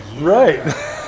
right